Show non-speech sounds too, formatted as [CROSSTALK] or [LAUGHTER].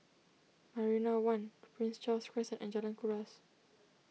Marina one [NOISE] Prince Charles Crescent and Jalan Kuras